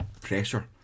pressure